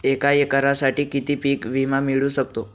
एका एकरसाठी किती पीक विमा मिळू शकतो?